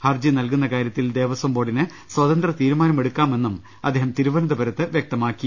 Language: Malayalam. ഹർജി നൽകുന്ന കാര്യത്തിൽ ദേവസ്വംബോർഡിന് സ്വതന്ത്ര തീരുമാനമെടുക്കാ മെന്ന് അദ്ദേഹം തിരുവനന്തപുരത്ത് വ്യക്തമാക്കി